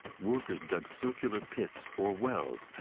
workers dug circular pits, or wells,